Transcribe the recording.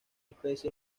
especie